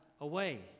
away